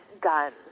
guns